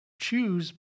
choose